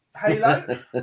halo